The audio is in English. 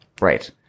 Right